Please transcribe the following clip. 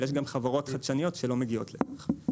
אבל יש גם חברות חדשניות שלא מגיעות לכך.